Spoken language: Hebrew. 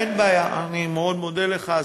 אין בעיה, אני מאוד מודה לך.